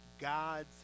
God's